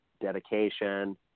dedication